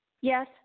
Yes